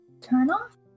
Turn-off